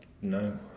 no